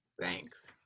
Thanks